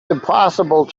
impossible